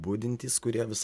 budintys kurie vis